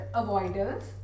avoiders